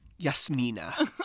Yasmina